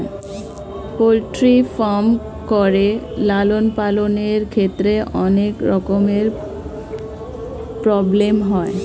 poultry farm করে লালন পালনের ক্ষেত্রে অনেক রকমের প্রব্লেম হয়